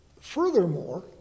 Furthermore